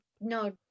No